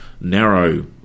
narrow